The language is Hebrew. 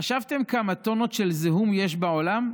חשבתם כמה טונות של זיהום יש בעולם?